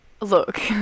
look